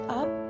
up